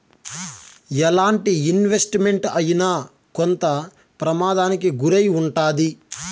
ఎలాంటి investment అయినా కొంత ప్రమాదానికి గురై ఉంటాది